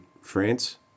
France